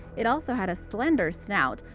it also had a slender snout,